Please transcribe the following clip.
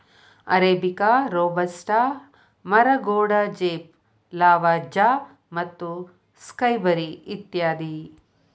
arabica, robusta, maragogype, Lavazza ಮತ್ತು Skybury ಇತ್ಯಾದಿ